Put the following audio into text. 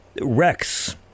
Rex